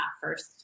first